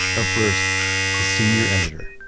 um first senior editor,